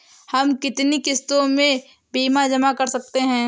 हम कितनी किश्तों में बीमा जमा कर सकते हैं?